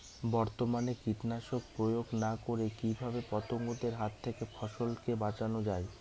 বর্তমানে কীটনাশক প্রয়োগ না করে কিভাবে পতঙ্গদের হাত থেকে ফসলকে বাঁচানো যায়?